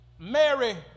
Mary